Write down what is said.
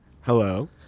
hello